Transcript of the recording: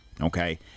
Okay